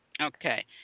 Okay